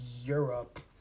Europe